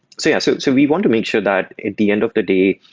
so yeah so so we want to make sure that at the end of the day,